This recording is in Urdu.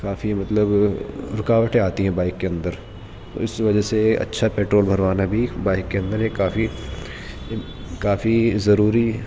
کافی مطلب رکاوٹیں آتی ہیں بائیک کے اندر اس وجہ سے اچھا پیٹرول بھروانا بھی بائیک کے اندر ایک کافی کافی ضروری